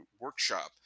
Workshop